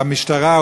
המשטרה,